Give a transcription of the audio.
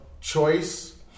choice